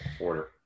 Order